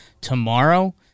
tomorrow